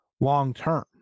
long-term